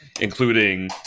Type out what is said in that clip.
including